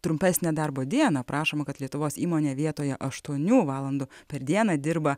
trumpesnę darbo dieną prašoma kad lietuvos įmonė vietoje aštuonių valandų per dieną dirba